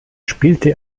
spielte